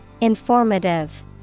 Informative